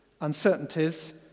uncertainties